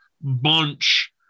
bunch